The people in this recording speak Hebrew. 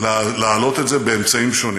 להעלות את זה, באמצעים שונים.